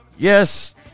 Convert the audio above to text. Yes